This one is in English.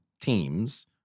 teams